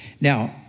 Now